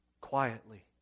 Quietly